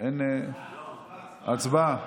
הצבעה.